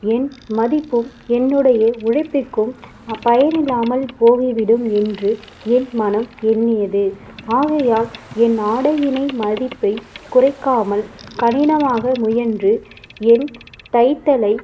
என் மதிப்பும் என்னுடைய உழைப்பிற்கும் பயன் இல்லாமல் போய்விடும் என்று என் மணம் எண்ணியது ஆகையால் என் ஆடையினை மதிப்பை குறைக்காமல் கடினமாக முயன்று என் தைத்தலை